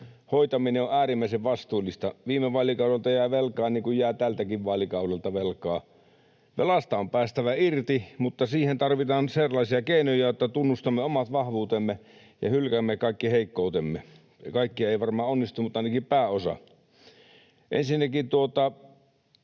hoitaminen on äärimmäisen vastuullista. Viime vaalikaudelta jäi velkaa, niin kuin jää tältäkin vaalikaudelta velkaa. Velasta on päästävä irti, mutta siihen tarvitaan sellaisia keinoja, että tunnustamme omat vahvuutemme ja hylkäämme kaikki heikkoutemme. Kaikki ei varmaan onnistu, mutta ainakin pääosa. Ensinnäkin Suomi